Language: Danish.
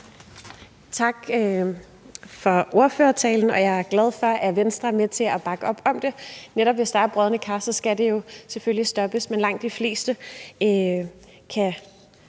Tak for ordførertalen. Jeg er glad for, at Venstre er med til at bakke op om det – hvis der er brodne kar, skal de jo selvfølgelig stoppes. Men langt de fleste kan